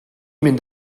mynd